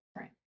Right